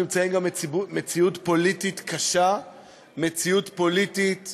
באמת נמצאים בתקופה שהיא תקופה קשה מבחינה ביטחונית.